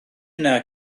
yna